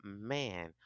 Man